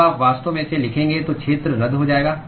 जब आप वास्तव में इसे लिखेंगे तो क्षेत्र रद्द हो जाएगा